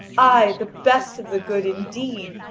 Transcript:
aye, the best of the good, indeed!